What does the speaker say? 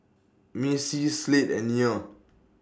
Macie Slade and Nia